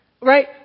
Right